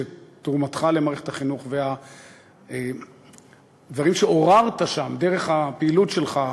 שתרומתך למערכת החינוך והדברים שעוררת שם דרך הפעילות שלך,